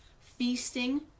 Feasting